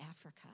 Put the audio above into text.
Africa